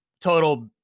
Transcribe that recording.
total